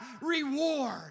reward